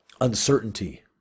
uncertainty